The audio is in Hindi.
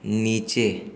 नीचे